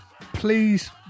please